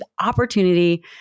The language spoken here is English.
opportunity